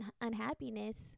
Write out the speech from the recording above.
unhappiness